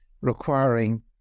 requiring